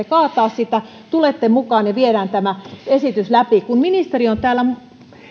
kaataa sitä tulette nyt mukaan ja viedään tämä esitys läpi kun ministeri on täällä